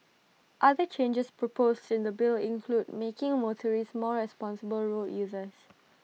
other changes proposed in the bill include making motorists more responsible road users